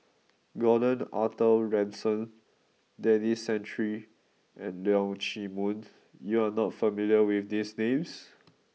Gordon Arthur Ransome Denis Santry and Leong Chee Mun you are not familiar with these names